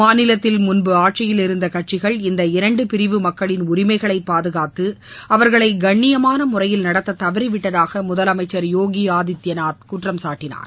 மாநிலத்தில் முன்பு ஆட்சியில் இருந்த கட்சிகள் இந்த இரண்டு பிரிவு மக்களின் உரிமைகளை பாதுகாத்து அவர்களை கண்ணியமான முறையில் நடத்த தவறிவிட்டதாக முதலமைச்சர் யோகி ஆதித்யநாத் குற்றம் சாட்டினார்